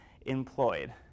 employed